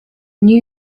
new